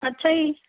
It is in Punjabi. ਅੱਛਾ ਜੀ